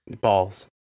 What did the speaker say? Balls